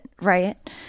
right